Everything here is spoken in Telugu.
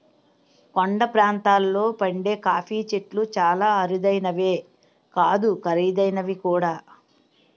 కొండ ప్రాంతాల్లో పండే కాఫీ చెట్లు చాలా అరుదైనవే కాదు ఖరీదైనవి కూడా